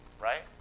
right